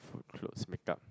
food clothes make up